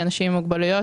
אנשים עם מוגבלויות,